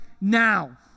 now